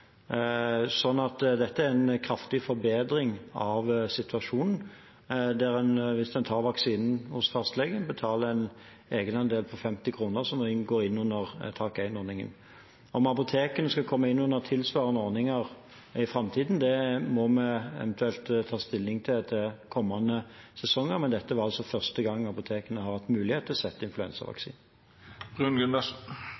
dette er en kraftig forbedring av situasjonen, for hvis man tar vaksinen hos fastlegen, betaler man en egenandel på 50 kr, som inngår i tak 1-ordningen. Om apotekene skal komme inn under tilsvarende ordning i framtiden, må vi eventuelt ta stilling til i kommende sesonger, men dette er altså første gang apotekene har hatt mulighet til å sette